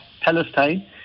Palestine